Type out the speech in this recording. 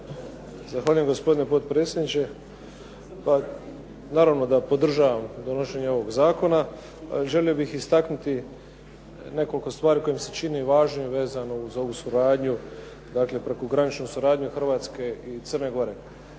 Zahvaljujem. Gospodine potpredsjedniče. Naravno da podržavam donošenje ovog zakona, ali želio bih istaknuti nekoliko stvari koje mi se čine važnim vezano uz ovu suradnju, dakle prekograničnu suradnju Hrvatske i Crne Gore.